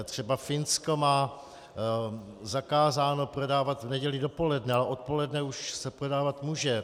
Třeba Finsko má zakázáno prodávat v neděli dopoledne, ale odpoledne už se prodávat může.